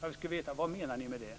Jag skulle vilja veta vad ni menar med det.